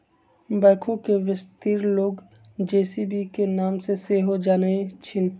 backhoe के बेशीतर लोग जे.सी.बी के नाम से सेहो जानइ छिन्ह